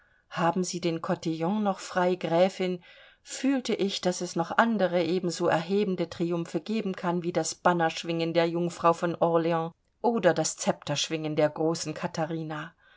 haben sie den cotillon noch frei gräfin fühlte ich daß es noch andere ebenso erhebende triumphe geben kann wie das bannerschwingen der jungfrau von orleans oder das szepterschwingen der großen katharina